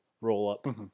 roll-up